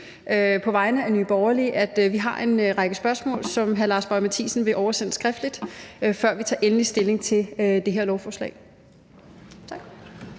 på vegne af Nye Borgerlige, at vi har en række spørgsmål, som hr. Lars Boje Mathiesen vil oversende skriftligt, før vi tager endelig stilling til det her lovforslag.